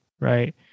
right